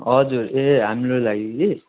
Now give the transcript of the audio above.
हजुर ए हाम्रो लागि